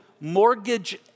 mortgage